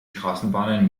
straßenbahn